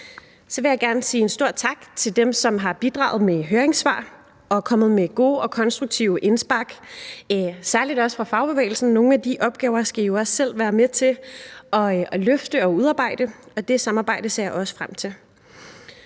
Så vil jeg gerne sige en stor tak til dem, der har bidraget med høringssvar, og som er kommet med gode og konstruktive indspark – og særlig sige til fagbevægelsen, at nogle de opgaver skal I jo også selv være med til at løfte. Det samarbejde ser jeg også frem til.